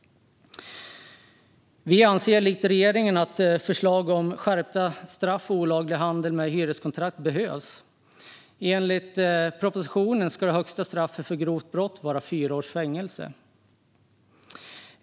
Vi anser likt regeringen att förslag om skärpta straff för olaglig handel med hyreskontrakt behövs. Enligt propositionen ska det högsta straffet för grovt brott vara fyra års fängelse.